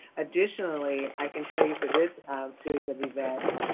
additionally, i can tell you for this series of events,